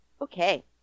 Okay